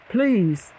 Please